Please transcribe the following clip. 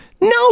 No